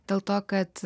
dėl to kad